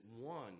one